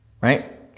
Right